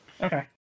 Okay